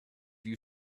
you